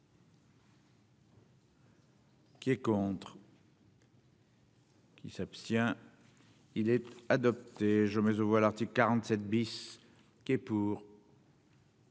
qui est pour. Qui s'abstient, il est adopté, je mets aux voix, l'article 47 bis qui est pour.